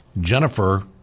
Jennifer